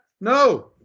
no